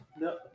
No